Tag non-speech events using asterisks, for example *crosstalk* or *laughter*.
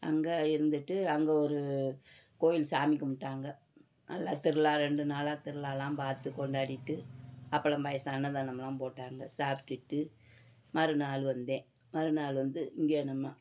அங்கே இருந்துவிட்டு அங்கே ஒரு கோயில் சாமி கும்பிட்டாங்க நல்லா திருவிழா ரெண்டு நாளாக திருவிழாலாம் பார்த்து கொண்டாடிவிட்டு அப்புறம் *unintelligible* அன்னதாமெலாம் போட்டாங்க சாப்பிட்டுட்டு மறுநாள் வந்தேன் மறுநாள் வந்து இங்கே நம்ம